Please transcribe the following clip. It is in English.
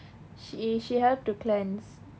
she she helped to cleanse